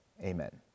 amen